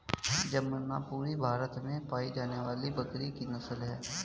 जमनापरी भारत में पाई जाने वाली बकरी की नस्ल है